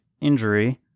injury